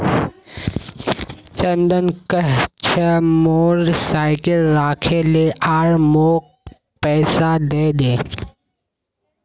चंदन कह छ मोर साइकिल राखे ले आर मौक पैसा दे दे